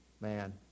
man